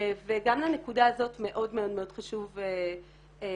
וגם לנקודה הזאת מאוד מאוד חשוב להתייחס.